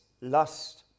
lust